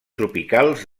tropicals